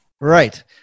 Right